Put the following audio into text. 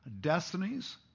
destinies